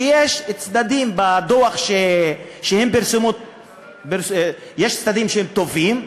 ויש בדוח שהם פרסמו צדדים שהם טובים,